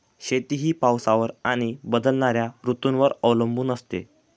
शेती ही पावसावर आणि बदलणाऱ्या ऋतूंवर अवलंबून असते